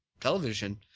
television